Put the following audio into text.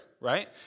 right